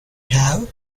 have